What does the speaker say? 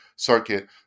Circuit